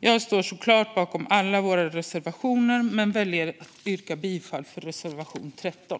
Jag står självklart bakom alla våra reservationer men väljer att yrka bifall enbart till reservation 13.